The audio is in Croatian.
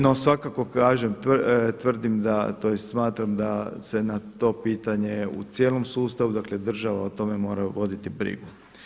No svakako kažem tvrdim da, tj. smatram da se na to pitanje u cijelom sustavu, dakle država o tome mora voditi brigu.